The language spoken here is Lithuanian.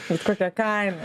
bet kokia kaina